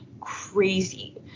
crazy